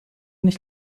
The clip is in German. nicht